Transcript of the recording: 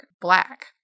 black